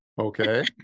Okay